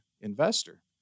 investor